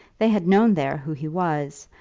they had known there who he was,